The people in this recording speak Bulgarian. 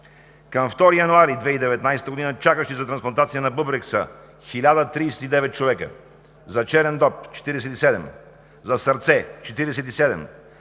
към 2 януари 2019 г. чакащи за трансплантация на бъбрек са 1039 човека; за черен дроб – 47; за сърце – 47;